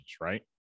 Right